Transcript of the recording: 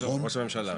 ראש הממשלה.